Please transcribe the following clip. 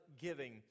giving